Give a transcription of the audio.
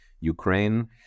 Ukraine